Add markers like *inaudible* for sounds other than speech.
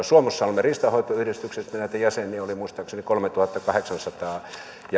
*unintelligible* suomussalmen riistanhoitoyhdistyksessä näitä jäseniä oli muistaakseni kolmetuhattakahdeksansataa